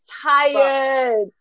tired